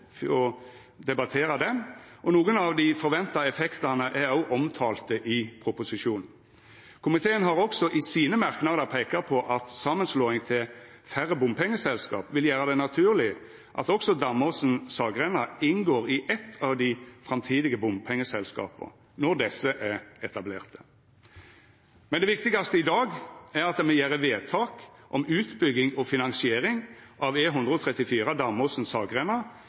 debattera ho, og nokre av dei forventa effektane er óg omtalte i proposisjonen. Komiteen har også i sine merknadar peika på at samanslåing til færre bompengeselskap vil gjera det naturleg at også Damåsen–Saggrenda inngår i eitt av dei framtidige bompengeselskapa, når desse er etablerte. Men det viktigaste i dag er at me gjer vedtak om utbygging og finansiering av